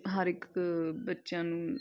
ਹਰ ਇੱਕ ਬੱਚਿਆਂ ਨੂੰ